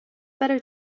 better